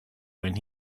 when